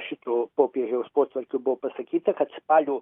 šito popiežiaus potvarkiu buvo pasakyta kad spalio